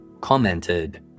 commented